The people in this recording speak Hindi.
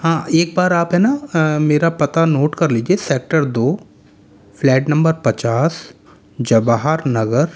हाँ एक बार आप है ना मेरा पता नोट कर लीजिये सेक्टर दो फ्लैट नंबर पचास जवाहर नगर